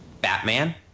Batman